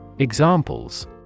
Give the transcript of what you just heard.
Examples